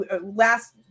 last